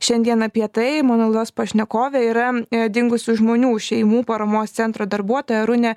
šiandien apie tai mano laidos pašnekovė yra dingusių žmonių šeimų paramos centro darbuotoja arūnė